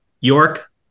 York